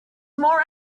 more